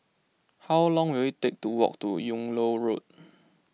how long will it take to walk to Yung Loh Road